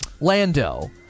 Lando